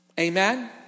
Amen